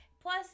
Plus